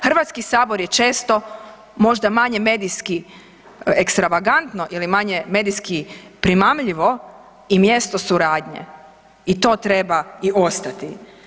Hrvatski sabor je često možda manje medijski ekstravagantno ili manje medijski primamljivo i mjesto suradnje i to treba i ostati.